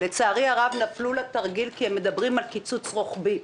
לצערי הרב, נפלו לתרגיל כי הם מדברים קיצוץ רוחבי.